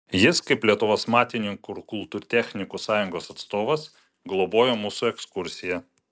jis kaip lietuvos matininkų ir kultūrtechnikų sąjungos atstovas globojo mūsų ekskursiją